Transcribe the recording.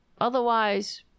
Otherwise